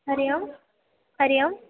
Hari Om Hari Om